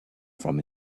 from